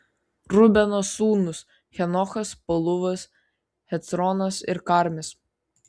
rubeno sūnūs henochas paluvas hecronas ir karmis